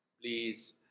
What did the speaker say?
Please